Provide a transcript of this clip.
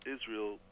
Israel